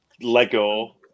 Lego